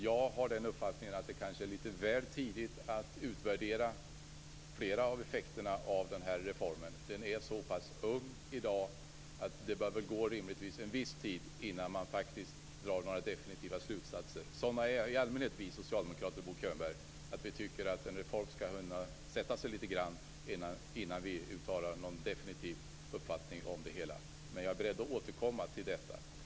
Jag har den uppfattningen att det kanske är lite väl tidigt att utvärdera effekterna av reformen. Den är så pass ny, och det bör rimligtvis gå en viss tid innan man drar några definitiva slutsatser. Vi är sådana i allmänhet, vi socialdemokrater Bo Könberg, att vi tycker att en reform skall sätta sig innan vi uttalar någon definitiv uppfattning om det hela. Men jag är beredd att återkomma till frågan.